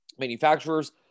manufacturers